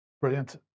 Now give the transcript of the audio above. Brilliant